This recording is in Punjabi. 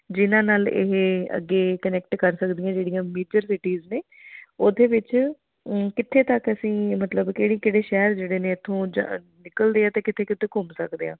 ਜਿਹਨਾਂ ਨਾਲ ਇਹ ਅੱਗੇ ਕਨੈਕਟ ਕਰ ਸਕਦੀਆਂ ਜਿਹੜੀਆਂ ਮੇਜਰ ਸਿਟੀਜ਼ ਨੇ ਉਹਦੇ ਵਿੱਚ ਕਿੱਥੇ ਤੱਕ ਅਸੀਂ ਮਤਲਬ ਕਿਹੜੀ ਕਿਹੜੇ ਸ਼ਹਿਰ ਜਿਹੜੇ ਨੇ ਇੱਥੋਂ ਜ ਨਿਕਲਦੇ ਆ ਅਤੇ ਕਿਤੇ ਕਿਤੇ ਘੁੰਮ ਸਕਦੇ ਆ